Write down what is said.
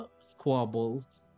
squabbles